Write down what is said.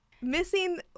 missing